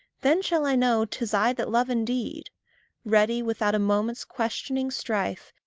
then shall i know tis i that love indeed ready, without a moment's questioning strife,